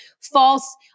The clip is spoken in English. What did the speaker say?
false